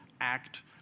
act